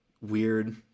weird